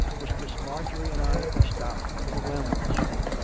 mistress marjorie and i he stopped, overwhelmed with shame.